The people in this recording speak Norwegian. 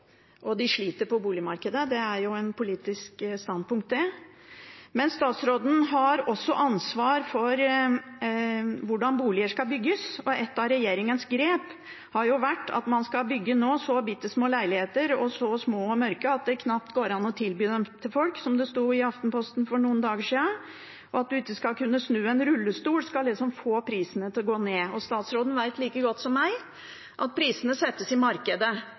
og de sliter på boligmarkedet. Det er et politisk standpunkt. Men statsråden har også ansvar for hvordan boliger skal bygges, og et av regjeringens grep har vært at man nå skal bygge så bittesmå leiligheter, så små og mørke, at det knapt går an å tilby dem til folk, som det sto i Aftenposten for noen dager siden. At man ikke skal kunne snu en rullestol, skal liksom få prisene til å gå ned. Og statsråden vet like godt som meg at prisene settes i markedet,